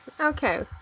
Okay